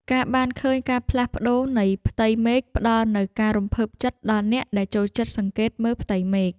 ការបានឃើញការផ្លាស់ប្តូរនៃផ្ទៃមេឃ ផ្តល់នូវការរំភើបចិត្តដល់អ្នកដែលចូលចិត្តសង្កេតមើលផ្ទៃមេឃ។